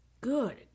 good